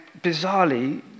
bizarrely